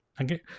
okay